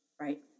Right